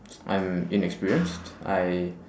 I'm inexperienced I